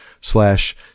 slash